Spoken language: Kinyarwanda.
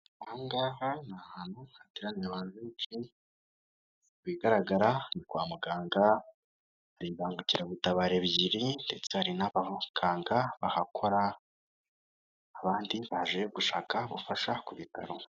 Ahangaha ni ahantu hateraniye abantu benshi, mu bigaragara ni kwa muganga, hari imbangukiragutabara ebyiri ndetse hari n'abaganga bahakora, abandi baje gushaka ubufasha ku bitaro.